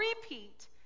repeat